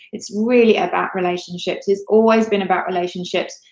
it's really about relationships. it's always been about relationships,